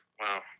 Wow